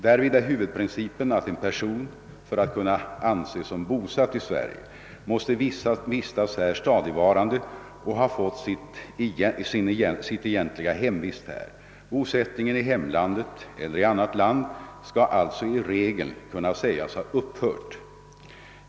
Därvid är huvudprincipen att en person, för att kunna anses som bosatt i Sverige, måste vistas här stadigvarande och ha fått sitt egentliga hemvist här. Bosättningen i hemlandet eller i annat land skall alltså i regel kunna sägas ha upphört.